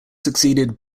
succeeded